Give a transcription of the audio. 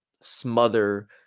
smother –